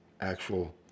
actual